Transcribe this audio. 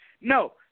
No